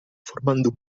formando